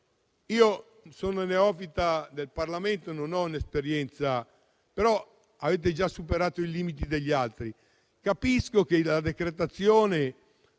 Sono neofita del Parlamento e non ho una lunga esperienza, ma avete già superato i limiti degli altri. Capisco che la decretazione